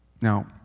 Now